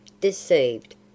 deceived